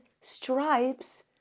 stripes